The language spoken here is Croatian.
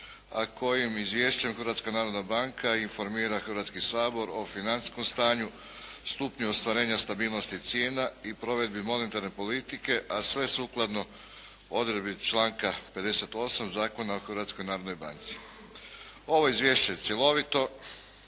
a kojim Izvješćem Hrvatska narodna banka informira Hrvatski sabor o financijskom stanju, stupnju ostvarenja, stabilnosti cijena i provedbi monetarne politike a sve sukladno odredbi članka 58. Zakona o Hrvatskoj narodnoj banci. Ovo je izvješće cjelovito.